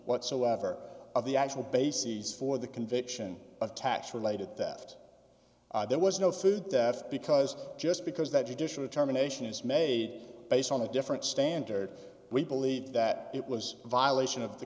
whatsoever of the actual bases for the conviction of tax related that there was no food death because just because that judicial determination is made based on a different standard we believe that it was a violation of the